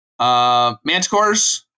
Manticores